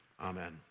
amen